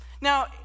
Now